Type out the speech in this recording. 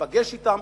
ייפגש אתם,